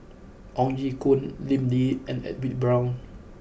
Ong Ye Kung Lim Lee and Edwin Brown